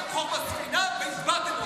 אמרת, אנחנו נעשה פה חור בספינה, והטבעתם אותה.